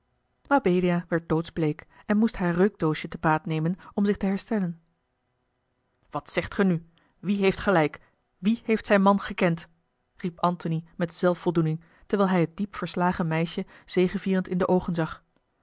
mabelia werd doodsbleek en moest haar reukdoosje te baat nemen om zich te herstellen wat zegt ge nu wie heeft gelijk wie heeft zijn man gekend riep antony met zelfvoldoening terwijl hij het diep verslagen meisje zegevierend in de oogen zag